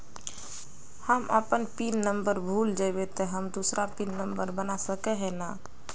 हम अपन pin number भूल जयबे ते हम दूसरा पिन नंबर बना सके है नय?